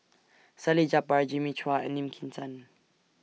Salleh Japar Jimmy Chua and Lim Kim San